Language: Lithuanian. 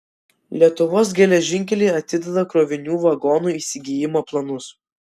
lietuvos geležinkeliai atideda krovinių vagonų įsigijimo planus